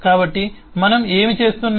కాబట్టి మనం ఏమి చేస్తున్నాం